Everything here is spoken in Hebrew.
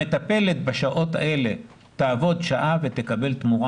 המטפלת בשעות האלה תעבוד שעה ותקבל תמורה